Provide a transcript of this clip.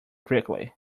quickly